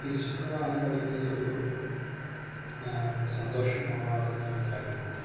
ഇരുചക്രവാഹനം ഓടിക്കുന്നത് ഒരു ഒരു ഒരു സന്തോഷം ഉളവാക്കുന്ന ഒരു കാര്യമാണ്